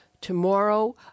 tomorrow